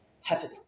heaven